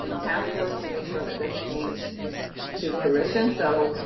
task force to make sure that this came to to fruition. so